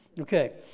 Okay